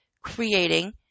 creating